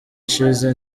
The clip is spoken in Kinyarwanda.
ishize